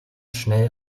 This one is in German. schnell